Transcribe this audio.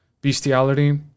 bestiality